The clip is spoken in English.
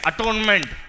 Atonement